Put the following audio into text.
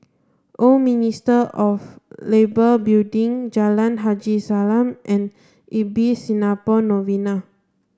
Old Ministry of Labour Building Jalan Haji Salam and Ibis Singapore Novena